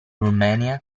romania